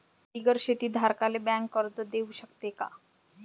बिगर शेती धारकाले बँक कर्ज देऊ शकते का?